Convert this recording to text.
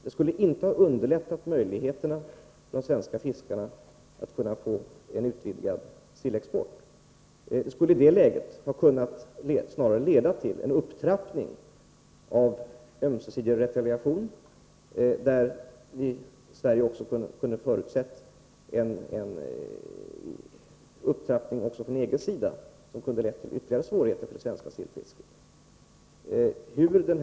Den skulle inte ha underlättat möjligheterna för de svenska fiskarna att få en utvidgad sillexport, utan snarare kunnat leda till en upptrappning av ömsesidig retaliation, där Sverige kunde ha förutsett en upptrappning också från EG:s sida, med ytterligare svårigheter för det svenska sillfisket som följd.